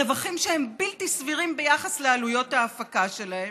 ברווחים שהם בלתי סבירים ביחס לעלויות ההפקה שלהם,